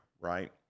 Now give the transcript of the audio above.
right